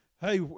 hey